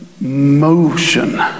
motion